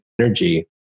energy